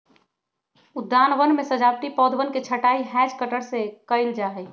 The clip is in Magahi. उद्यानवन में सजावटी पौधवन के छँटाई हैज कटर से कइल जाहई